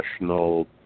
national